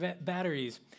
batteries